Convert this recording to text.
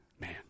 Man